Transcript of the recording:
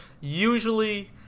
Usually